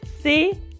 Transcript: See